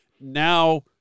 Now